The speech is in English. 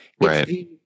Right